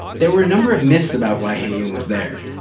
there were a number of myths about why heyoon was there.